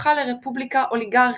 הפכה לרפובליקה אוליגרכית,